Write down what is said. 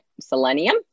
selenium